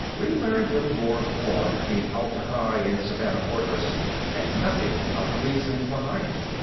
we learned little more of the war between atla-hi and savannah fortress and nothing of the reasons behind it.